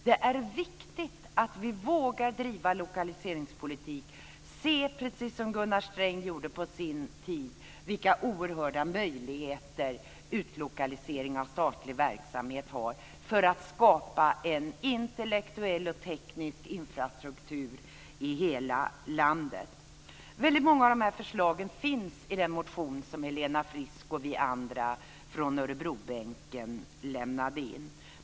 Det är viktigt att vi vågar driva lokaliseringspolitik och se, precis som Gunnar Sträng gjorde på sin tid, vilka oerhörda möjligheter utlokalisering av statlig verksamhet ger när det gäller att skapa en intellektuell och teknisk infrastruktur i hela landet. Väldigt många av dessa förslag finns i den motion som Helena Frisk och vi andra från Örebrobänken lämnade in.